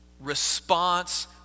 response